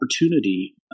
opportunity